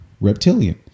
reptilian